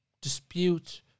dispute